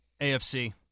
AFC